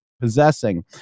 possessing